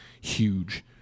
huge